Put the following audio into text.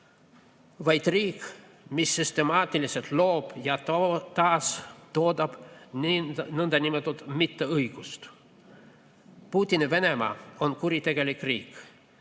vaid riik, mis süstemaatiliselt loob ja taastoodab nõndanimetatud mitteõigust. Putini Venemaa on kuritegelik riik.